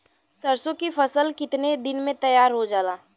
सरसों की फसल कितने दिन में तैयार हो जाला?